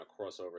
crossover